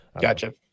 Gotcha